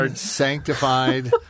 Sanctified